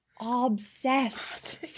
obsessed